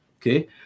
okay